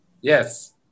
yes